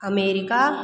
America